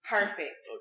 Perfect